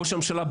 ראש הממשלה,